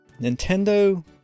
Nintendo